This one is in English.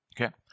Okay